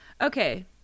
okay